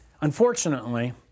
unfortunately